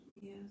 Yes